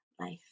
life